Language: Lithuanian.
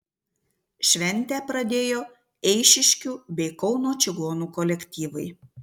šventę pradėjo eišiškių bei kauno čigonų kolektyvai